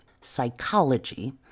Psychology